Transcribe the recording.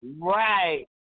Right